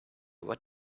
what